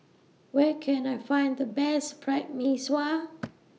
Where Can I Find The Best Fried Mee Sua